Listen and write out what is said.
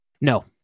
no